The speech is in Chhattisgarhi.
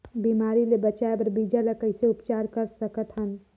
बिमारी ले बचाय बर बीजा ल कइसे उपचार कर सकत हन?